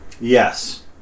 Yes